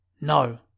No